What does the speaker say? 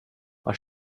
was